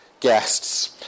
guests